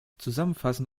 zusammenfassen